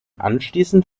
anschließend